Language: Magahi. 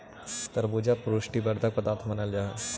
तरबूजा पुष्टि वर्धक पदार्थ मानल जा हई